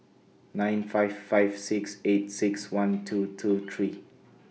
nine five five six eight six one two two three